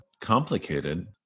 complicated